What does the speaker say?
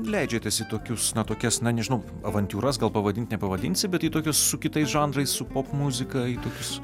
leidžiatės į tokius na tokias na nežinau avantiūras gal pavadint nepavadinsi bet į tokius su kitais žanrais su popmuzika į tokius